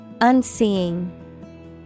Unseeing